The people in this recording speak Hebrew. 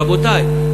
רבותי,